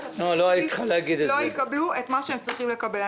שאנשים לא יקבלו את מה שהם צריכים לקבל.